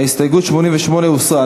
הסתייגות 88 הוסרה.